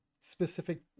specific